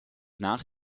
nach